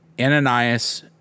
Ananias